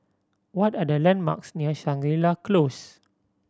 what are the landmarks near Shangri La Close